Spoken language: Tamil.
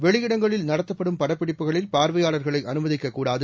வெளியிடங்களில் நடத்தப்படும் படப்பிடிப்புகளில் பார்வையாளர்களை அனுமதிக்க கூடாது